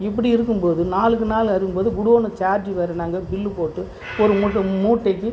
இப்படி இருக்கும் போது நாளுக்கு நாள் இருக்கும் போது குடோனில் சார்ஜு வேறு நாங்கள் பில்லு போட்டு ஒரு மூட்டை மூட்டைக்கு